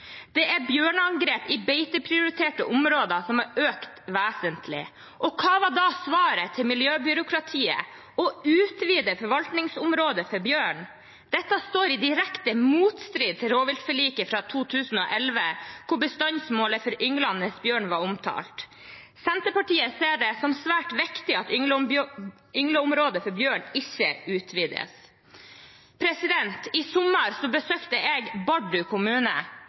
Det er bjørneangrep i beiteprioriterte områder som har økt vesentlig. Hva var da svaret fra miljøbyråkratiet? Det var å utvide forvaltningsområdet for bjørn. Dette står i direkte motstrid til rovviltforliket fra 2011, hvor bestandsmålet for ynglende bjørn var omtalt. Senterpartiet ser det som svært viktig at yngleområdet for bjørn ikke utvides. I sommer besøkte jeg Bardu kommune